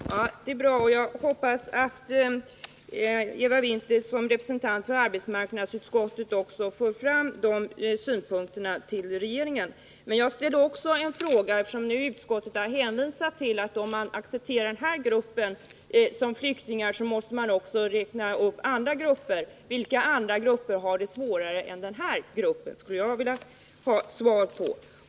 Herr talman! Det är bra, och jag hoppas att Eva Winther som representant för arbetsmarknadsutskottet också för fram de synpunkterna i regeringen. Men jag ställde också en fråga, eftersom utskottet har hänvisat till att man, om man accepterar den här gruppen som flyktingar, också måste räkna upp andra grupper. Vilka andra grupper har det svårare än den här gruppen? Det skulle jag vilja ha svar på.